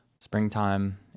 springtime